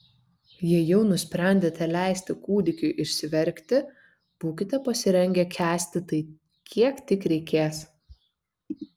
jei jau nusprendėte leisti kūdikiui išsiverkti būkite pasirengę kęsti tai kiek tik reikės